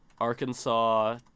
Arkansas